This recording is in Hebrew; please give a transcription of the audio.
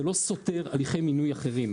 זה לא סותר הליכי מינוי אחרים.